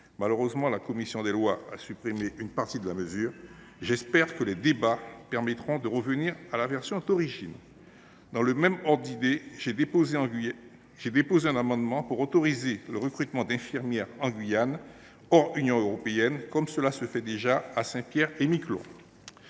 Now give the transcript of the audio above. Malheureusement, la commission des lois a supprimé une partie du dispositif ; j’espère que les débats permettront de revenir à sa version d’origine. Dans le même ordre d’idées, j’ai déposé un amendement visant à autoriser en Guyane le recrutement d’infirmières provenant de pays en dehors de l’Union européenne, comme cela se fait déjà à Saint Pierre et Miquelon.